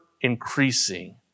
increasing